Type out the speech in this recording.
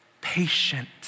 patient